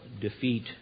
defeat